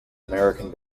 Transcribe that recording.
american